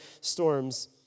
storms